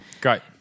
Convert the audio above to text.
Great